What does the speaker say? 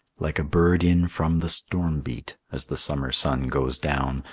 like a bird in from the storm-beat, as the summer sun goes down,